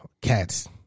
Cats